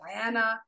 Diana